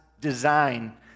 design